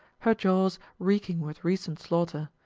her jaws reeking with recent slaughter,